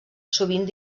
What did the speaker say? sovint